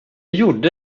gjorde